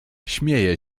śmieje